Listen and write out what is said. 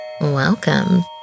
welcome